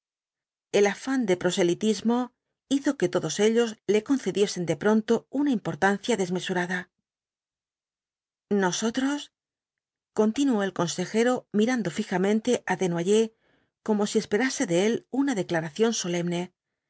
igl afán de proselitismo hizo que todos ellos le concediesen de pronto una importancia desmesurada nosotros continuó el consejero mirando fijamente á desnoyers como si esperase de él una declaración